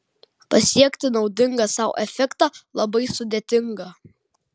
pasiekti naudingą sau efektą labai sudėtinga